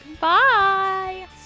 Bye